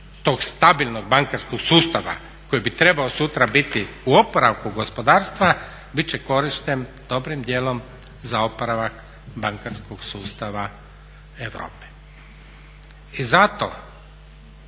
tog stabilnog bankarskog sustava koji bi trebao sutra biti u oporavku gospodarstva bit će korišten dobrim dijelom za oporavak bankarskog sustava Europe. I zato